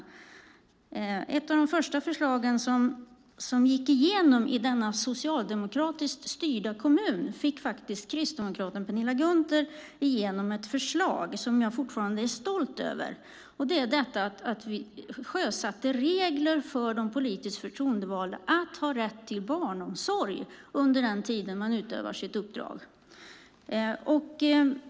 Kristdemokraten Penilla Gunther fick igenom ett förslag i denna socialdemokratiskt styrda kommun som jag fortfarande är stolt över, nämligen att sjösätta regler för de politiskt förtroendevalda att ha rätt till barnomsorg under den tid de utövar sitt uppdrag.